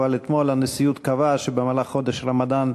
אבל אתמול הנשיאות קבעה שבמהלך חודש רמדאן,